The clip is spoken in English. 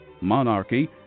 monarchy